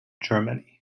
germany